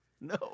No